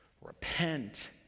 Repent